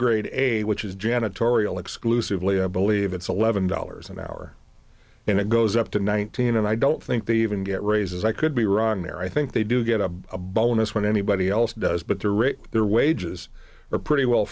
a which is janitorial exclusively i believe it's eleven dollars an hour and it goes up to nineteen and i don't think they even get raises i could be wrong there i think they do get a bonus when anybody else does but their rate their wages are pretty well